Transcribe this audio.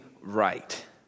right